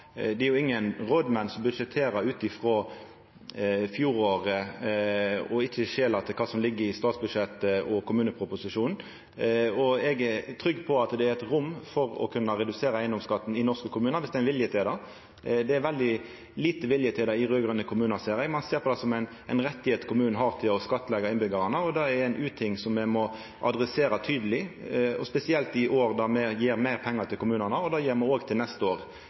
Det er jo ingen rådmenn som budsjetterer ut frå fjoråret og ikkje skjeglar til kva som ligg i statsbudsjettet og kommuneproposisjonen. Eg er trygg på at det er rom for å kunna redusera eigedomsskatten i norske kommunar dersom ein er villig til det. Det er veldig lite vilje til det i raud-grøne kommunar, ser eg. Ein ser på det som ein rett kommunane har til å skattleggja innbyggjarane. Det er ein uting som me må adressera tydeleg, og spesielt i år der me gjev meir pengar til kommunane. Det gjer me òg til neste år.